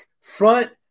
front